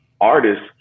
artists